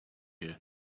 here